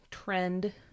trend